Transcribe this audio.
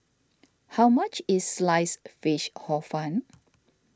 how much is Sliced Fish Hor Fun